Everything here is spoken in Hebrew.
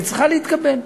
היא צריכה להתקבל.